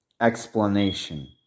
explanation